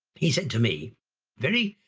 he said to me very,